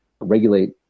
regulate